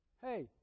hey